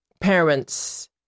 parents